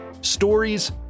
Stories